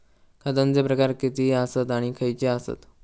खतांचे प्रकार किती आसत आणि खैचे आसत?